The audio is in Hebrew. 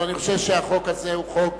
אבל אני חושב שהחוק הזה הוא חוק